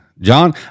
john